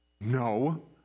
No